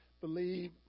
believe